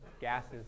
gases